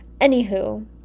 Anywho